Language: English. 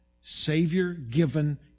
Savior-given